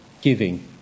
giving